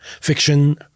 fiction